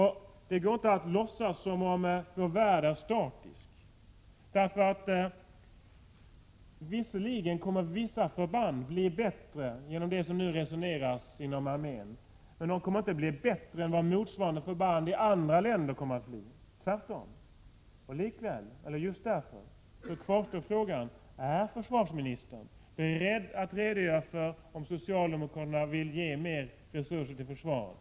Det går inte att låtsas som om vår värld är statisk. Visserligen kommer vissa förband att bli bättre genom det som nu planeras inom armén, men de kommer inte att bli bättre än motsvarande förband i andra länder — tvärtom — och just därför kvarstår frågan: Är försvarsministern beredd att redogöra för om socialdemokraterna vill ge mer resurser till försvaret?